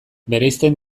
bereizten